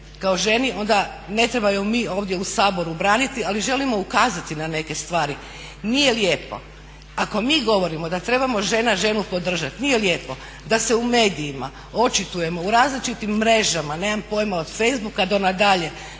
kao ženi onda ne trebamo ju mi ovdje u Saboru braniti, ali želimo ukazati ne neke stvari. Nije lijepo ako mi govorimo da trebamo žena ženu podržat, nije lijepo da se u medijima očitujemo u različitim mrežama od Facebooka do nadalje